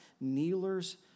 kneelers